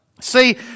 See